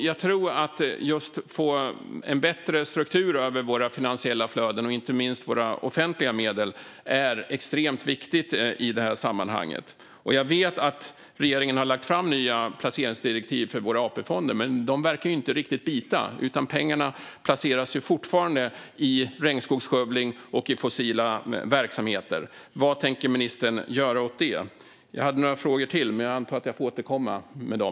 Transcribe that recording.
Jag tror att en bättre struktur när det gäller våra finansiella flöden och inte minst våra offentliga medel är extremt viktigt i det här sammanhanget. Jag vet att regeringen har lagt fram nya placeringsdirektiv för våra AP-fonder, men de verkar inte riktigt bita, utan pengarna placeras fortfarande i regnskogsskövling och fossila verksamheter. Vad tänker ministern göra åt det? Jag hade några frågor till, men jag antar att jag får återkomma med dem.